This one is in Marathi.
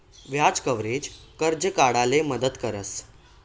व्याज कव्हरेज, कर्ज काढाले मदत करस